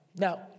no